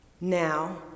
Now